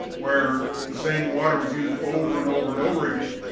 where the same water was used over and over and over again.